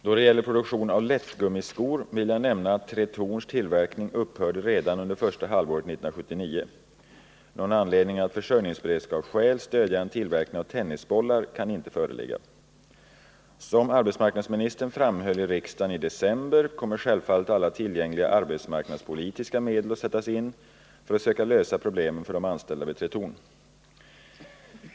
Då det gäller produktion av lättgummiskor vill jag nämna att Tretorns tillverkning upphörde redan under första halvåret 1979. Någon anledning att av försörjningsberedskapsskäl stödja en tillverkning av tennisbollar kan inte föreligga. Som arbetsmarknadsministern framhöll i riksdagen i december kommer självfallet alla tillgängliga arbetsmarknadspolitiska medel att sättas in för att söka lösa problemen för de anställda vid Tretorn. 95 att säkra fortsatt svensk tillverkning av gummistövlar m.m.